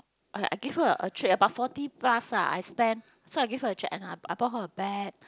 I I gave her a a treat about forty plus ah I spend so I gave her a treat and I I bought her a bag